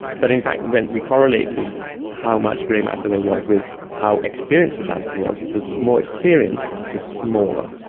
but in fact when we correlated how much grey matter there was with how experienced a dancer was, the more experienced, the smaller.